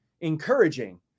encouraging